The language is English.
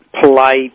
polite